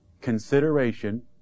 consideration